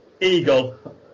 eagle